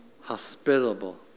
hospitable